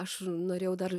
aš norėjau dar